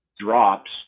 drops